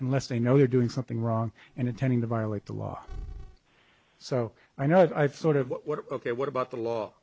unless they know they're doing something wrong and intending to violate the law so i know i've sort of what ok what about the law